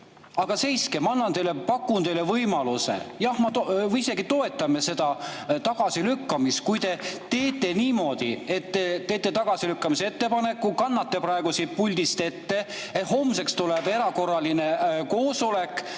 Aga seiske! Ma annan teile, pakun teile võimaluse, jah, isegi toetame seda tagasilükkamist, kui te teete niimoodi, et te teete tagasilükkamise ettepaneku, kannate praegu siit puldist ette. Homseks tuleb erakorraline koosolek.